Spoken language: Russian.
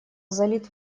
залит